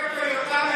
מתוקף היותם,